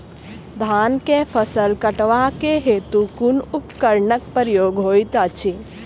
धान केँ फसल कटवा केँ हेतु कुन उपकरणक प्रयोग होइत अछि?